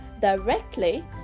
directly